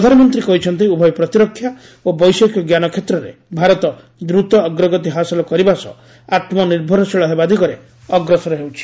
ପ୍ରଧାନମନ୍ତ୍ରୀ କହିଛନ୍ତି ଉଭୟ ପ୍ରତିରକ୍ଷା ଓ ବୈଷୟିକ ଜ୍ଞାନ କ୍ଷେତ୍ରରେ ଭାରତ ଦ୍ରତ ଅଗ୍ରଗତି ହାସଲ କରିବା ସହ ଆତ୍ମନିର୍ଭରଶୀଳ ହେବା ଦିଗରେ ଅଗ୍ରସର ହେଉଛି